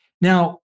Now